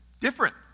Different